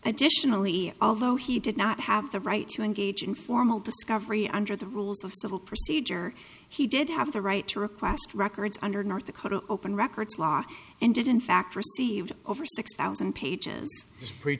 additionally although he did not have the right to engage in formal discovery under the rules of civil procedure he did have the right to request records under north dakota open records law and did in fact received over six thousand pages